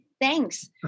thanks